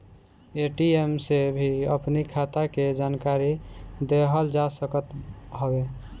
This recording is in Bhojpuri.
ए.टी.एम से भी अपनी खाता के जानकारी लेहल जा सकत हवे